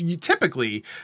typically